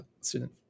student